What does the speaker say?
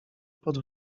pod